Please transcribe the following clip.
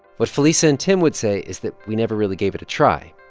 what felisa and tim would say is that we never really gave it a try,